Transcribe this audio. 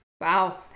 Wow